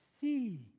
see